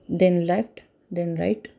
then left then right